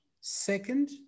second